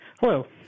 hello